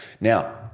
Now